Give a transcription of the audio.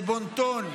זה בון טון.